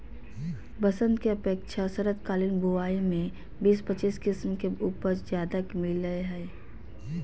बसंत के अपेक्षा शरदकालीन बुवाई में बीस पच्चीस किस्म के उपज ज्यादे मिलय हइ